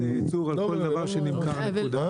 שיירשמו את ארץ הייצור על כל דבר שנמכר, נקודה.